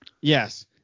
Yes